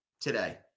today